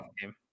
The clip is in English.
game